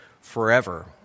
forever